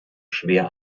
schwer